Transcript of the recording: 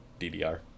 ddr